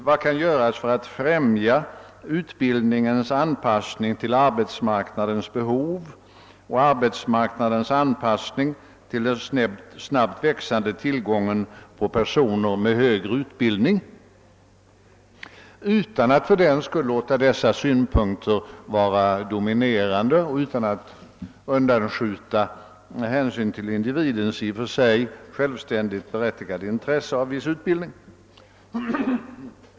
Vad kan göras för att främja utbildningens anpassning till arbetsmarknadens behov och arbetsmarknadens anpassning till den snabbt växande tillgången på personer med högre utbildning, utan att fördenskull låta dessa synpunkter vara allena avgörande och utan att undanskjuta individens i och för sig självständigt berättigade intresse av viss utbildning?